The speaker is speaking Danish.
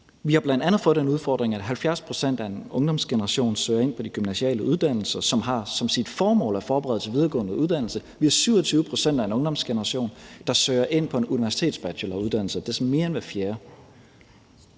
pct. af en ungdomsgeneration søger ind på de gymnasiale uddannelser, som har som sit formål at forberede til videregående uddannelse. Vi har 27 pct. af en ungdomsgeneration, der søger ind på en universitetsbacheloruddannelse